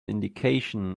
indication